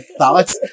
thoughts